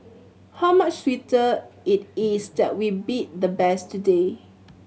how much sweeter it is that we beat the best today